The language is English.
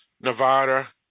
Nevada